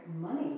money